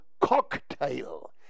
cocktail